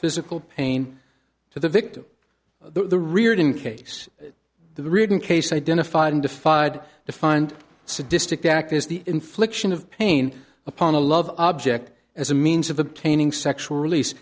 physical pain to the victim the riordan case the written case identified and defied the find sadistic the act is the infliction of pain upon a love object as a means of obtaining sexual release